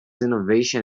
innovation